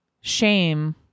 shame